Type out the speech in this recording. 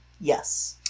Yes